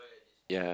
ya